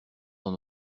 dans